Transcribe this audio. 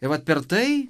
ir vat per tai